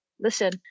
listen